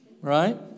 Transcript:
right